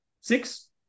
Six